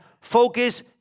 focus